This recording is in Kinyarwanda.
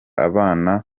abana